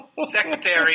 Secretary